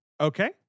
Okay